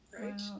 right